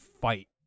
fight